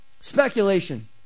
speculation